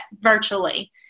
virtually